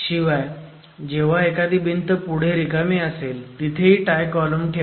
शिवाय जेव्हा एखादी भिंत पुढे रिकामी असेल तिथेही टाय कॉलम ठेवावा